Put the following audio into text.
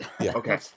Okay